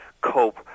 cope